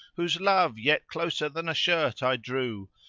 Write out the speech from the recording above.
whose love yet closer than a shirt i drew,